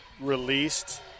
released